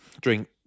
drink